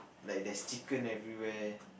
like there's chicken everywhere